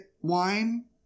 wine